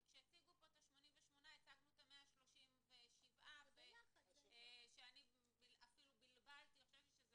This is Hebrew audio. כי כשהציגו פה את ה-88 הצגנו את ה-137 שאני אפילו בלבלתי וחשבתי שזה